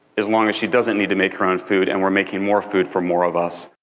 as long as she doesn't need to make her own food and we're making more food for more of us.